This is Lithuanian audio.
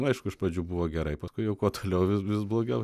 nu aišku iš pradžių buvo gerai paskui jau kuo toliau vis vis blogiau